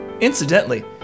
Incidentally